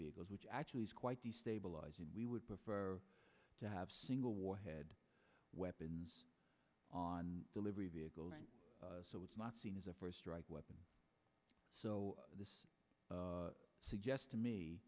vehicles which actually is quite destabilizing we would prefer to have single warhead weapons on delivery vehicles so it's not seen as a first strike weapon so this suggests to me